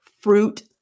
fruit